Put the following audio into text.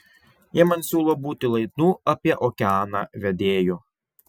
jie man siūlo būti laidų apie okeaną vedėju